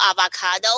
avocado